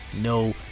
no